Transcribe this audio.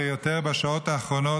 ויותר בשעות האחרונות,